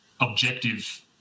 objective